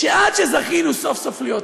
שעד שזכינו סוף-סוף להיות כאן,